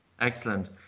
excellent